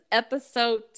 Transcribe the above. episode